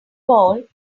bowl